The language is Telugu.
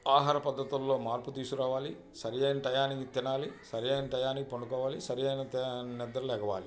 ఆహార పద్ధతుల్లో మార్పు తీసుకురావాలి సరియైన టయానికి తినాలి సరియైన టయానికి పండుకోవాలి సరియైన టయానికి నిద్రలేవాలి